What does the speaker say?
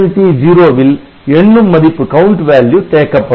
TCNT0 வில் எண்ணும் மதிப்பு தேக்கப்படும்